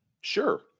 Sure